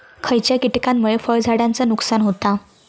खयच्या किटकांमुळे फळझाडांचा नुकसान होता?